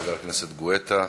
חבר הכנסת גואטה.